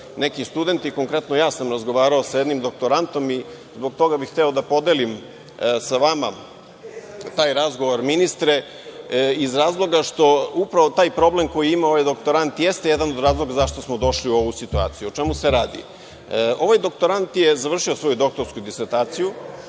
neki studenti. Konkretno, ja sam razgovarao sa jednim doktorantom i zbog toga bih hteo da podelim sa vama taj razgovor, ministre, iz razloga što upravo taj problem koji ima ovaj doktorant jeste jedan od razloga zašto smo došli u ovu situaciju. O čemu se radi? Ovaj doktorant je završio svoju doktorsku disertaciju,